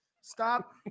stop